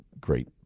great